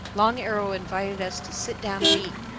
long arrow invited us to sit down and eat.